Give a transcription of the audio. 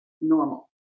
normal